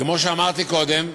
כמו שאמרתי קודם,